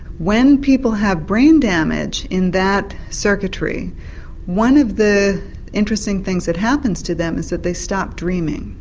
when people have brain damage in that circuitry one of the interesting things that happens to them is that they stop dreaming,